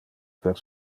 per